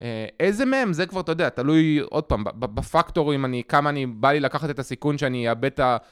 איזה מהם זה כבר אתה יודע, תלוי עוד פעם בפקטורים, כמה אני בא לי לקחת את הסיכון שאני אאבד את ה...